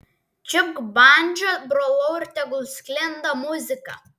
čiupk bandžą brolau ir tegul sklinda muzika